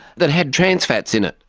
that had trans fats in it.